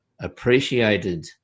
appreciated